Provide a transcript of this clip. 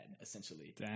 essentially